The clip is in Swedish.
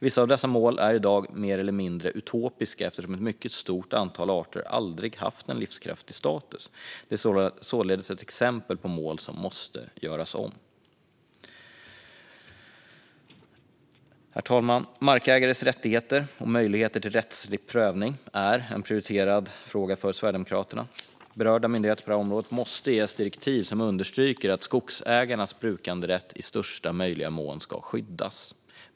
Vissa av dessa mål är i dag mer eller mindre utopiska eftersom ett mycket stort antal arter aldrig har haft en livskraftig status. Detta är således ett exempel på mål som måste göras om. Herr talman! Markägares rättigheter och möjligheter till rättslig prövning är en prioriterad fråga för Sverigedemokraterna. Berörda myndigheter på området måste ges direktiv som understryker att skogsägarnas brukanderätt i största möjliga mån ska skyddas.